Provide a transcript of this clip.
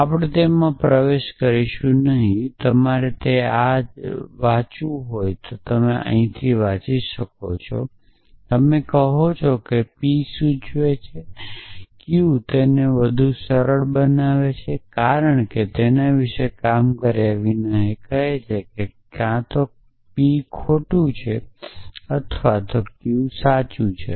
અને આપણે તેમાં પ્રવેશ કરીશું નહીં તમારે તે આ રીતે વાંચવું જ જોઇએ જ્યારે તમે કહો છો p સૂચવે છે q તેને વાંચવું વધુ સરળ છે કારણ કે તેના વિશે કામ કર્યા વિના એમ કહે છે કે ક્યાં p ખોટું છે અથવા q સાચું છે